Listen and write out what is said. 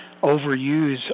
overuse